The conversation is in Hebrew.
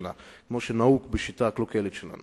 אחרי שנה כמו שנהוג בשיטה הקלוקלת שלנו.